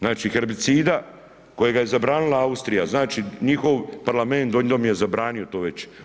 Znači, herbicida kojega je zabranila Austrija, znači njihov parlament, Donji dom je zabranio to već.